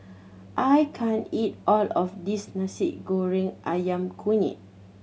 I can't eat all of this Nasi Goreng Ayam Kunyit